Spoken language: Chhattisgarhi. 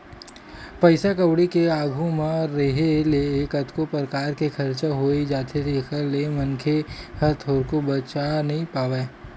पइसा कउड़ी के आघू म रेहे ले कतको परकार के खरचा होई जाथे जेखर ले मनखे ह थोरको बचा नइ पावय